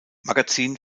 magazin